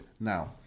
Now